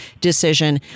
decision